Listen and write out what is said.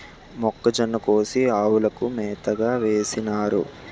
మొక్కజొన్న కోసి ఆవులకు మేతగా వేసినారు